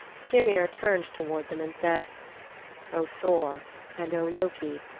skyrmir turned toward them and said o thor and o loki,